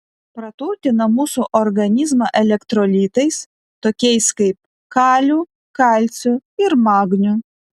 praturtina mūsų organizmą elektrolitais tokiais kaip kaliu kalciu ir magniu